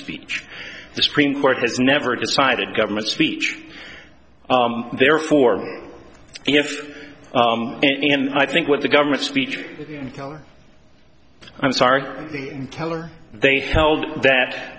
speech the supreme court has never decided government speech therefore if any and i think what the government speech i'm sorry the teller they held that